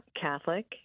Catholic